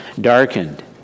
darkened